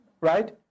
Right